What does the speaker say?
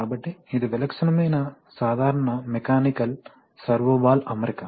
కాబట్టి ఇది విలక్షణమైన సాధారణ మెకానికల్ సర్వో వాల్వ్ అమరిక